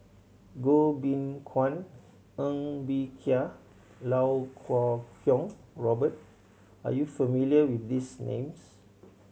Goh Beng Kwan Ng Bee Kia Lau Kuo Kwong Robert are you familiar with these names